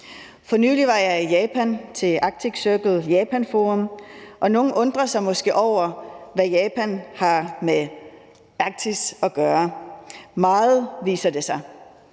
For nylig var jeg i Japan til Arctic Circle Japan Forum, og nogle undrer sig måske over, hvad Japan har med Arktis at gøre – meget, viser det sig.